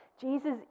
Jesus